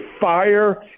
fire